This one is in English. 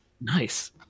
Nice